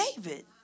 David